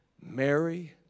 Mary